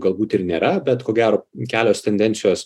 galbūt ir nėra bet ko gero kelios tendencijos